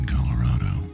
Colorado